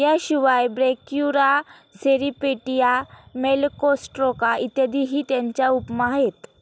याशिवाय ब्रॅक्युरा, सेरीपेडिया, मेलॅकोस्ट्राका इत्यादीही त्याच्या उपमा आहेत